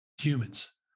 humans